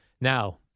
Now